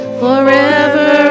forever